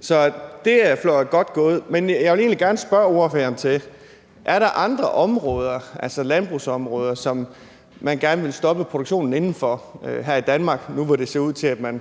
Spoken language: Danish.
Så det er godt gået, men jeg vil egentlig gerne spørge ordføreren: Er der andre områder, altså landbrugsområder, som man gerne vil stoppe produktionen inden for her i Danmark nu, hvor det ser ud til, at man